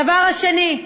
הדבר השני,